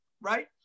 Right